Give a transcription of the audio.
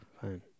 fine